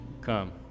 Come